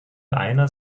einer